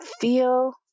Feel